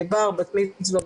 בר או בת מצוות,